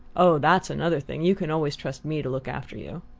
oh, that's another thing you can always trust me to look after you!